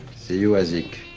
see you, isaach.